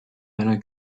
einer